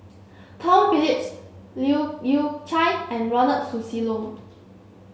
Tom Phillips Leu Yew Chye and Ronald Susilo